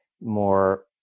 more